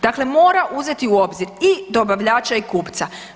Dakle, mora uzeti u obzir i dobavljača i kupca.